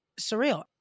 surreal